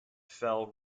fell